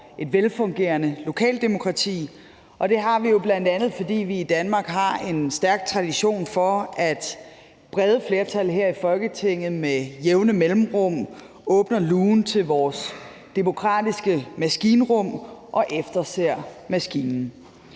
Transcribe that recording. et velfungerende lokaldemokrati, og det har vi jo bl.a., fordi vi i Danmark har en stærk tradition for, at brede flertal her i Folketinget med jævne mellemrum åbner lugen til vores demokratiske maskinrum og efterser maskinen.